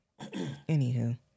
anywho